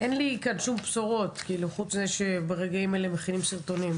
אין לי כאן שום בשורות חוץ מזה שברגעים האלה מכינים סרטונים,